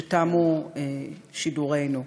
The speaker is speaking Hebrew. שתמו שידורינו.